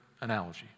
analogy